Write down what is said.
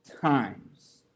times